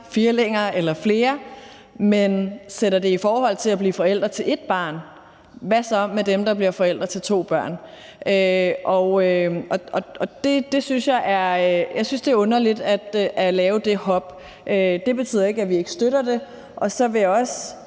firlinger eller flere, men sætter det i forhold til at blive forældre til ét barn – hvad så med dem, der bliver forældre til to børn? Jeg synes, det er underligt at lave det hop. Det betyder ikke, at vi ikke støtter det. Så vil jeg også